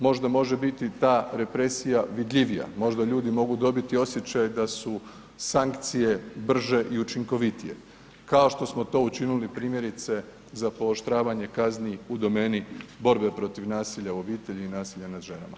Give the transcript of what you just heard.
Možda može biti ta represija vidljivija, možda mogu ljudi dobiti osjećaj da su sankcije brže i učinkovitije kao što smo to učinili primjerice za pooštravanje kazni u domeni borbe protiv nasilja u obitelji i nasilja nad ženama.